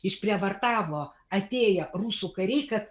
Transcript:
išprievartavo atėję rusų kariai kad